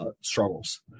Struggles